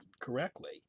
correctly